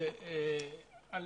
על